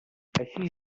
així